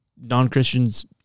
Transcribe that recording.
Non-Christians